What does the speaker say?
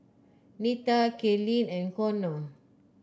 Nita Kaylynn and Konnor